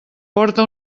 porta